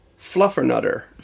Fluffernutter